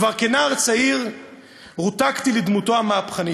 כבר כנער צעיר רותקתי לדמותו המהפכנית,